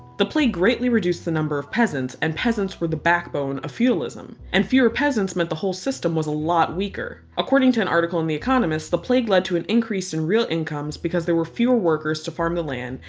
the plague greatly reduced the number of peasants and peasants were the backbone of feudalism. and fewer peasants meant the whole system was a lot weaker. according to an article in the economist, the plague lead to an increase in real incomes because there were fewer workers to farm the land,